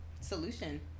solution